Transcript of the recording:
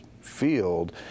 field